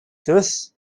thus